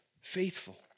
faithful